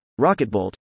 Rocketbolt